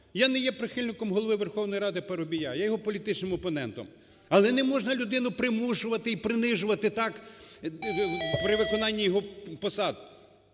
Я не є прихильником Голови Верховної Ради Парубія, я є його політичним опонентом, але не можна людину примушувати і принижувати так при виконанні його посад.